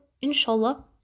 inshallah